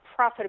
profitability